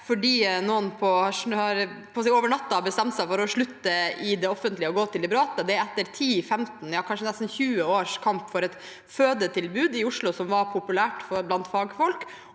fordi noen over natten har bestemt seg for å slutte i det offentlige og gå til det private. Det er etter 10–15, kanskje nesten 20 års kamp for et fødetilbud i Oslo som var populært blant fagfolk